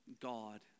God